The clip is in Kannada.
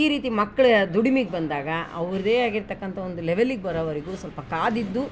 ಈ ರೀತಿ ಮಕ್ಳು ದುಡಿಮೇಗ್ ಬಂದಾಗ ಅವ್ರದೇ ಆಗಿರ್ತಕ್ಕಂಥ ಒಂದು ಲೆವೆಲ್ಲಿಗೆ ಬರೋವರೆಗು ಸ್ವಲ್ಪ ಕಾದಿದ್ದು